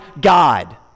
God